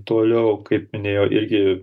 toliau kaip minėjo irgi